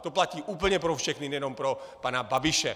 To platí úplně pro všechny, nejenom pro pana Babiše.